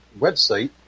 website